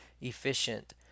efficient